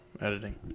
editing